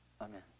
Amen